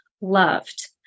loved